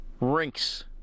rinks